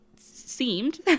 seemed